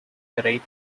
variety